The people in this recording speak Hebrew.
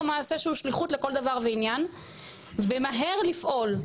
מעשה שהוא שליחות לכל דבר ועניין ומהר לפעול,